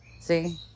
See